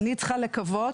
אני צריכה לקוות